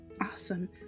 Awesome